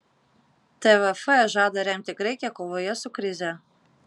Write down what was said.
tvf žada remti graikiją kovoje su krize